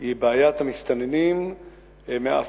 היא בעיית המסתננים מאפריקה,